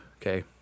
okay